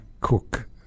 Cook